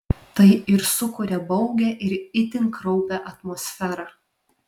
tai ir sukuria baugią ir itin kraupią atmosferą